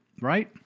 right